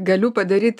galiu padaryt